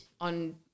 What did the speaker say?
on